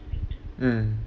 mm